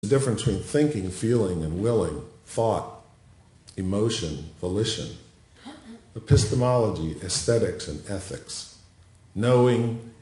ההחלטה בין המחקר, המחקר והחלטה, המחקר, האמושיה, האמושיה, הפיסטמולוגיה, האסתטיקה והאנתיקה. ידעים ומחקרים.